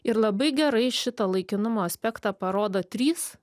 ir labai gerai šitą laikinumo aspektą parodo trys